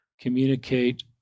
communicate